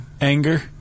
Anger